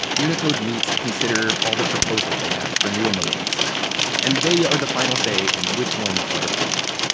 unicode meets to consider all the proposals they have for new emojis and they are the final say in which ones are approved.